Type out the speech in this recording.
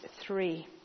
three